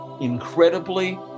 incredibly